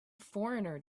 foreigner